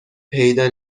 پیدا